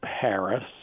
Paris